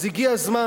אז הגיע הזמן.